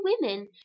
women